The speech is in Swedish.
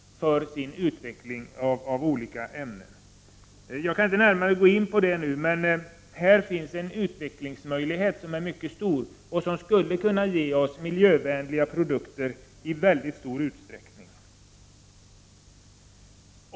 Jag kan inte närmare gå in på detta nu, men här finns en utvecklingsmöjlighet som är mycket stor och som skulle kunna ge oss miljövänliga produkter i stor utsträckning.